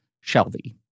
Shelby